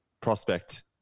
prospect